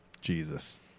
jesus